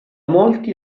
molti